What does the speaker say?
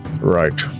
right